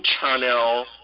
channel